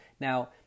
Now